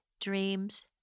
dreams